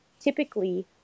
typically